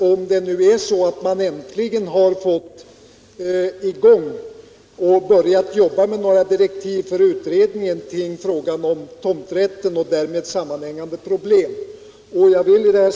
Om det nu är så att man äntligen börjat jobba med direktiven för utredningen av frågan om tomträtten och därmed sammanhängande problem, så hälsar jag det med tillfredsställelse.